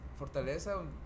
Fortaleza